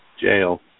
jail